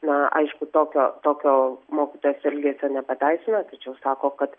na aišku tokio tokio mokytojos elgesio nepateisina tačiau sako kad